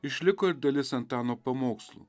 išliko ir dalis antano pamokslų